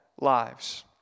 lives